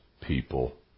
people